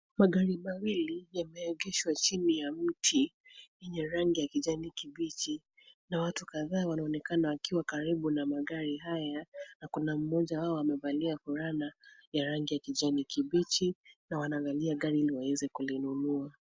Magari mawili yameegeshwa chini ya mti yenye rangi ya kijani kibichi na watu kadhaa wanaonekana wakiwa karibu na magari haya na kuna mmoja wao amevalia fulani ya rangi ya kijani kibichi na wanaangalia gari ili waweze kulinunua.